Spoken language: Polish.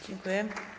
Dziękuję.